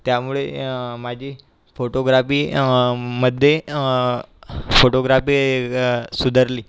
त्यामुळे माझी फोटोग्राफी मध्ये फोटोग्राफी ग सुधारली